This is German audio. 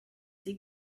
sie